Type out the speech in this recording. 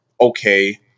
okay